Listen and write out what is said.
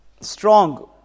strong